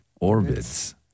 Orbits